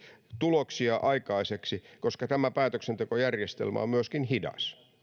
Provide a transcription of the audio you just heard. tuloksia aikaiseksi koska tämä päätöksentekojärjestelmä on myöskin hidas